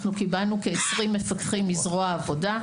קיבלנו כ-20 מפקחים מזרוע העבודה,